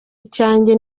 icyanjye